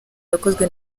yakozwe